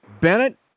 Bennett